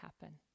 happen